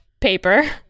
paper